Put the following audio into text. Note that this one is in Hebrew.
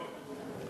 מאוד.